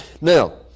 Now